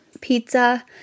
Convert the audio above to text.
pizza